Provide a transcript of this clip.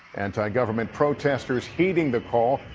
anti-government protesters heeding the call.